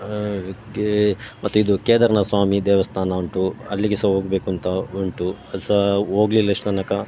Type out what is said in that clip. ಅದಕ್ಕೆ ಮತ್ತು ಇದು ಕೇದಾರ್ನಾಥ ಸ್ವಾಮಿ ದೇವಸ್ಥಾನ ಉಂಟು ಅಲ್ಲಿಗೆ ಸಹ ಹೋಗಬೇಕು ಅಂತ ಉಂಟು ಅದು ಸಹ ಹೋಗ್ಲಿಲ್ಲ ಇಷ್ಟ್ರ ತನಕ